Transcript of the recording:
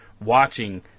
watching